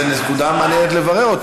זו נקודה מעניינת לברר,